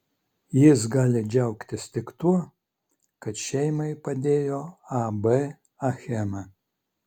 jis gali džiaugtis tik tuo kad šeimai padėjo ab achema